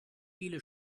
viele